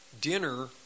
dinner